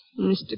Mr